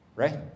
Right